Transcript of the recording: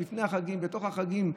לפני החגים ובתוך החגים,